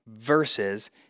Versus